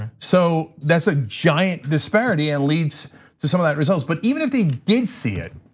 so that's a giant disparity and leads to some of that results. but even if they didn't see it,